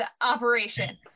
operation